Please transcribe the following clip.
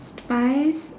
five